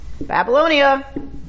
Babylonia